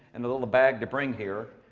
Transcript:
and a little bag to bring here.